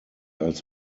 als